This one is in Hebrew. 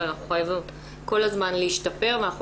אבל אנחנו חייבות כל הזמן להשתפר ואנחנו